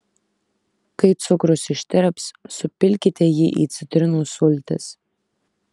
kai cukrus ištirps supilkite jį į citrinų sultis